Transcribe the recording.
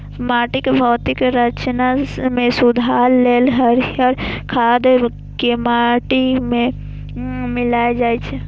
माटिक भौतिक संरचना मे सुधार लेल हरियर खाद कें माटि मे मिलाएल जाइ छै